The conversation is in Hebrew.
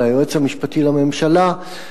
ליועץ המשפטי לממשלה,